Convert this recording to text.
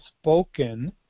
spoken